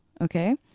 okay